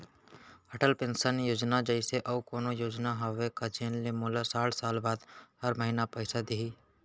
Atal pension योजना जइसे अऊ कोनो योजना हावे का जेन ले मोला साठ साल बाद हर महीना पइसा दिही?